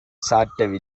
சாற்ற